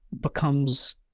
becomes